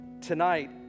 tonight